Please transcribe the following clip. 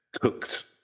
cooked